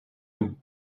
nous